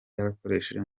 yakoresheje